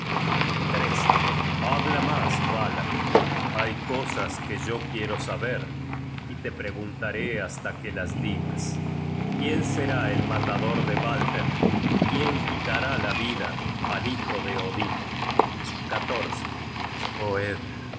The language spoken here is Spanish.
callarme habla mas vala hay cosas que yo quiero saber y te preguntaré hasta que las digas quién será el matador de balder quién quitará la vida al hijo de odin